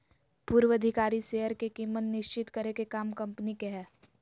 पूर्वधिकारी शेयर के कीमत निश्चित करे के काम कम्पनी के हय